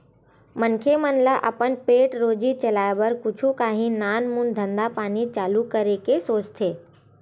मनखे मन ल अपन पेट रोजी चलाय बर कुछु काही नानमून धंधा पानी चालू करे के सोचथे